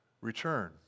return